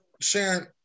Sharon